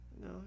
No